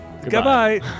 Goodbye